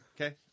Okay